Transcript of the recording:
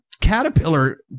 caterpillar